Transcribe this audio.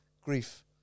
grief